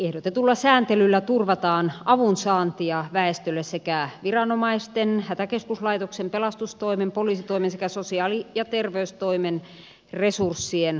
ehdotetulla sääntelyllä turvataan avunsaantia väestölle sekä viranomaisten hätäkeskuslaitoksen pelastustoimen poliisitoimen sekä sosiaali ja terveystoimen resurssien optimaalista käyttöä